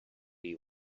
you